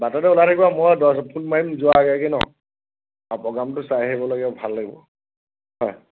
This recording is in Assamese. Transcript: বাটতে ওলাই থাকিবা মই ফোন মাৰিম যোৱাৰ আগে আগে ন' অ প্ৰগ্ৰেমটো চাই আহিব লাগে ভাল লাগিব হয়